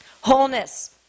Wholeness